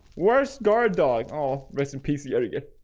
worst guard dog. oh listen, pc etiquette